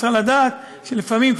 אבל צריך לדעת שלפעמים,